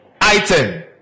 item